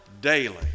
daily